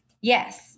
Yes